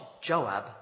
Joab